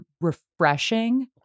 refreshing